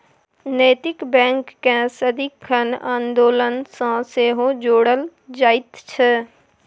नैतिक बैंककेँ सदिखन आन्दोलन सँ सेहो जोड़ल जाइत छै